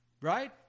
Right